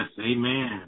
Amen